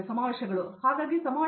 professor